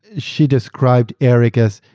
she described eric as,